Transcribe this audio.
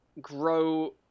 grow